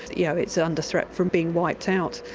you know it's under threat from being wiped out.